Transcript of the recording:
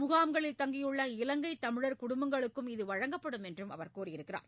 முகாம்களில் தங்கியுள்ள இவங்கை தமிழா் குடும்பங்களுக்கும் இது வழங்கப்படும் என்றும் அவர் கூறியுள்ளார்